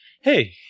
hey